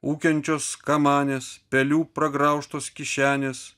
ūkiančios kamanės pelių pragraužtos kišenės